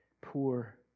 poor